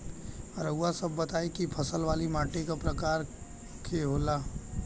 रउआ सब बताई कि फसल वाली माटी क प्रकार के होला?